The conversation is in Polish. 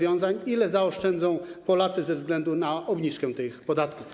Ile zaoszczędzą Polacy ze względu na obniżkę tych podatków?